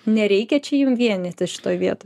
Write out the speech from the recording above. nereikia čia jum vienytis šitoj vietoj